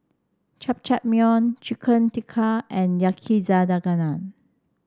Jajangmyeon Chicken Tikka and Yakizakana